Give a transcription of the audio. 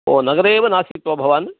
ओ नगरे एव नासीत् वा भवान्